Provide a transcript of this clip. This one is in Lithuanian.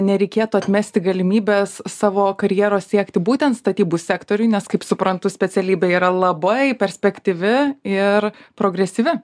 nereikėtų atmesti galimybės savo karjeros siekti būtent statybų sektoriuj nes kaip suprantu specialybė yra labai perspektyvi ir progresyvi